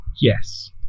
Yes